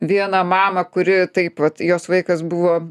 vieną mamą kuri taip vat jos vaikas buvo